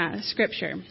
Scripture